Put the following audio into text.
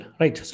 right